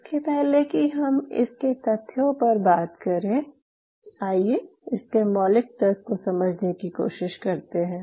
इसके पहले कि हम इसके तथ्यों पर बात करें आइये इसके मौलिक तर्क को समझने की कोशिश करते हैं